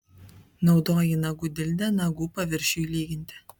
naudoji nagų dildę nagų paviršiui lyginti